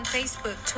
Facebook